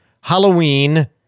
Halloween